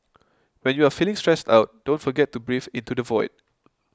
when you are feeling stressed out don't forget to breathe into the void